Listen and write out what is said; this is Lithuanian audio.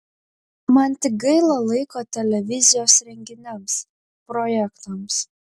man tik gaila laiko televizijos renginiams projektams